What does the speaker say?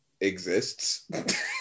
exists